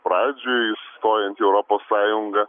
pradžioj stojant į europos sąjungą